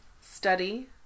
study